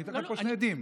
אתן לך פה שני עדים.